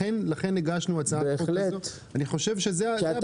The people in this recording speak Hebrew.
לכן הגשנו את הצעת החוק הזו כי אני חושב שזה הבסיס.